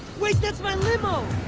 wait! that's my limo!